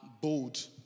bold